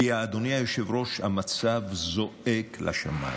כי המצב זועק לשמיים,